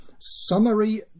summary